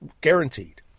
Guaranteed